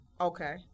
Okay